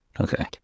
okay